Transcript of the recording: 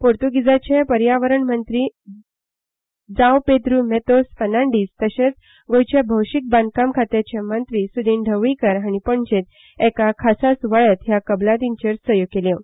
पोर्तुगीजाचे पर्यावरण मंत्री जांव पेंद्रू मेतोस फर्नाडीस तशेंच गोयचे भौशिक बांदकाम खात्याचे मंत्री सुदीन ढवळीकर हाणी पणजेंत एका खा़सा सुवाळ्यात ह्या कबलातींचेर सयो केल्यो